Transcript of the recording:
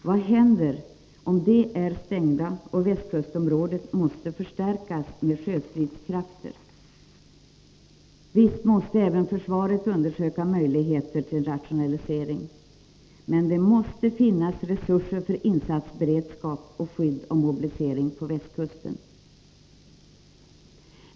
Vad händer om de är stängda och västkustområdet måste förstärkas med sjöstridskrafter? Visst måste även försvaret undersöka möjligheter till rationalisering, men det måste finnas resurser för insatsberedskap och skydd av mobilisering på västkusten.